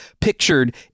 pictured